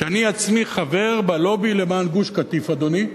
שאני עצמי חבר בלובי למען גוש-קטיף, אדוני.